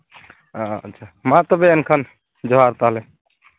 ᱟᱪᱪᱷᱟ ᱢᱟ ᱛᱚᱵᱮ ᱮᱱᱠᱷᱟᱱ ᱡᱚᱦᱟᱨ ᱛᱟᱦᱚᱞᱮ